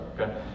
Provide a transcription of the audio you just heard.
okay